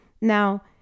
Now